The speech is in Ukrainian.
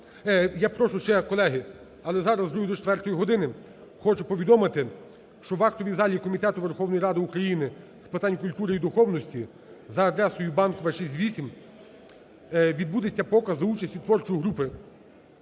Я прошу ще, колеги, але зараз, з другої до четвертої години, хочу повідомити, що в актовій залі Комітету Верховної Ради України з питань культури і духовності за адресою: Банкова, 6-8 відбудеться показ за участю творчої групи